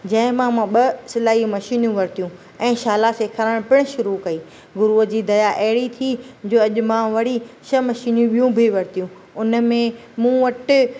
जंहिं मां ॿ सिलाई मशीनियूं वरतियूं ऐं शाला सिखाइणु पीअणु शुरू कई गुरूअ जी दया अहिड़ी थी जो अॼु मां वरी छह मशीनियूं बियूं बि वरितियूं उन में मूं वटि